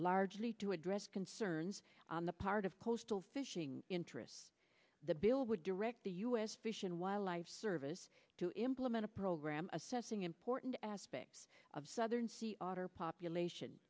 largely to address concerns on the part of coastal fishing interests the bill would direct the u s fish and wildlife service to implement a program assessing important aspects of southern sea water population